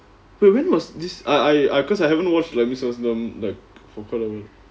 wait when was this I I I because I haven't watched miss vasantham like for quite awhile